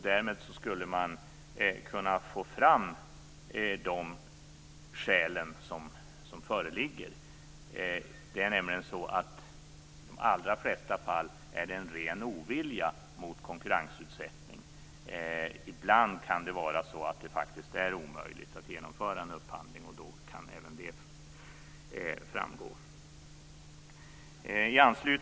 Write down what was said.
Därmed skulle man kunna få fram de skäl som föreligger. Det är nämligen så att det i de allra flesta fall är en ren ovilja mot konkurrensutsättning. Ibland kan det vara omöjligt att genomföra en upphandling, och då kan även det framgå.